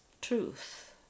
truth